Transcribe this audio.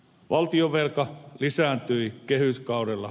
valtionvelka lisääntyy kehyskaudella